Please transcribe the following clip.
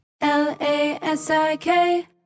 L-A-S-I-K